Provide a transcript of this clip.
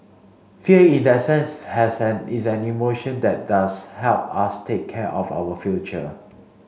fear in that sense has an is an emotion that does help us take care of our future